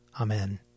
Amen